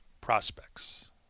prospects